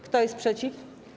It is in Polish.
Kto jest przeciw?